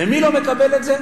ומי לא מקבל את זה?